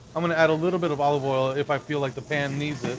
um and add a little bit of olive oil if i feel like the pan needs